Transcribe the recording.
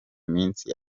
minsi